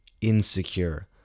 insecure